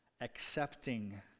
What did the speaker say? accepting